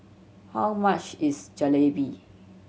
how much is Jalebi